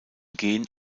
gen